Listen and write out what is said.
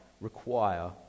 require